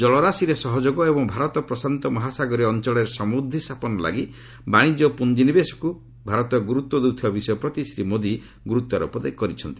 କଳରାଶିରେ ସହଯୋଗ ଏବଂ ଭାରତ ପ୍ରଶାନ୍ତ ମହାସାଗରୀୟ ଅଞ୍ଚଳରେ ସମୂଦ୍ଧି ସ୍ଥାପନ ଲାଗି ବାଣିଜ୍ୟ ଓ ପୁଞ୍ଜିନିବେଶକୁ ଭାରତ ଗୁରୁତ୍ୱ ଦେଉଥିବା ବିଷୟ ପ୍ରତି ଶ୍ରୀ ମୋଦି ଗୁରୁତ୍ୱାରୋପ କରିଛନ୍ତି